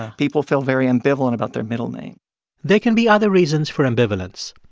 people feel very ambivalent about their middle name there can be other reasons for ambivalence.